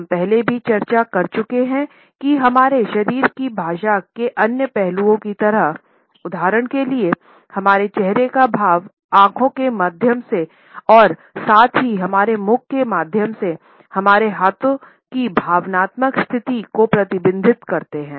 हम पहले भी चर्चा की है हमारे शरीर की भाषा के अन्य पहलुओं की तरह उदाहरण के लिए हमारे चेहरे का भाव आंखों के माध्यम से और साथ ही हमारे मुख के माध्यम से हमारे हाथ भी भावनात्मक स्थिति को प्रतिबिंबित करते हैं